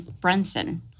Brunson